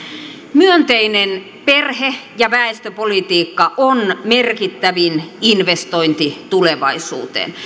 myönteinen perhe ja väestöpolitiikka on merkittävin investointi tulevaisuuteen